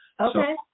okay